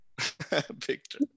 Victor